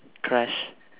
crash